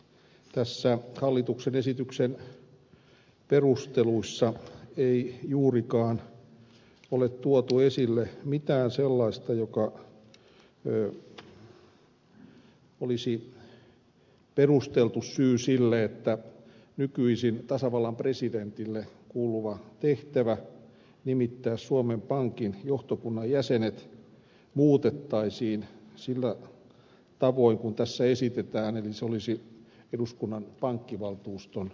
näissä hallituksen esityksen perusteluissa ei juurikaan ole tuotu esille mitään sellaista joka olisi perusteltu syy sille että nykyisin tasavallan presidentille kuuluva tehtävä nimittää suomen pankin johtokunnan jäsenet muutettaisiin sillä tavoin kuin tässä esitetään eli se olisi eduskunnan pankkivaltuuston tehtävä